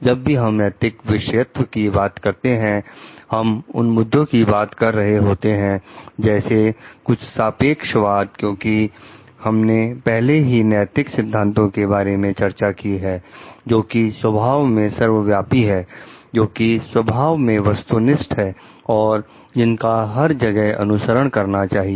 जब भी हम नैतिक विषयत्व की बात करते हैं हम उन मुद्दों की बात कर रहे होते हैं जैसे कुछ सापेक्षवाद क्योंकि हमने पहले ही नैतिक सिद्धांतों के बारे में चर्चा की है जो कि स्वभाव में सर्वव्यापी हैं जोकि स्वभाव में वस्तुनिष्ठ हैं और जिनका हर जगह अनुसरण करना चाहिए